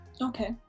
Okay